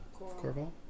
Corval